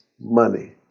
money